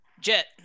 Jet